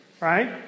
right